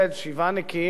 שבעה נקיים,